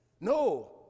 No